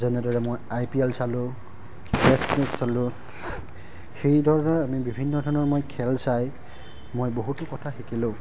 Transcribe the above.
যেনেদৰে মই I P L চালোঁ টেষ্ট মেচ চালোঁ সেইধৰণৰে আমি বিভিন্ন ধৰণৰ মই খেল চাই মই বহুতো কথা শিকিলোঁ